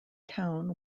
town